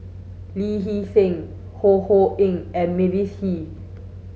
Lee Hee Seng Ho Ho Ying and Mavis Hee